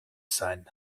sein